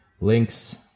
links